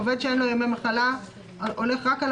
עובד שאין לו ימי מחלה הולך רק על